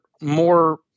more